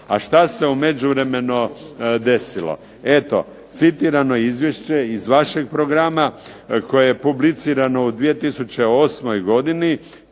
A šta se u međuvremenu desilo? Eto citirano izvješće iz vašeg programa koje je publicirano u 2008. godini